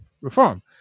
Reform